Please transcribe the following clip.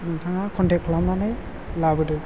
नोंथाङा कनथेख खालामनानै लाबोदो